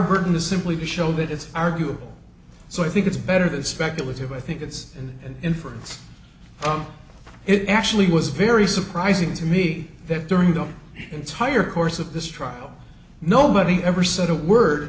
burden is simply to show that it's arguable so i think it's better that speculative i think it's an inference it actually was very surprising to me that during the entire course of this trial nobody ever said a word